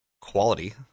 quality